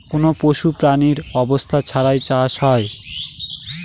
কোনো পশু প্রাণীর অবস্থান ছাড়া চাষ হয়